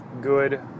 good